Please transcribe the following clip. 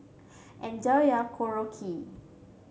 enjoy your Korokke